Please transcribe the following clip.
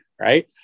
Right